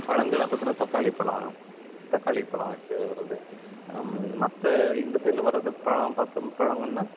பழங்கள பாத்தோம்னா தக்காளிப்பழம் தக்காளிப்பழம் வச்சு ஓடுது மற்ற இந்த சைடில் வர்றது பழம் பார்த்தோம் பழங்கள்னா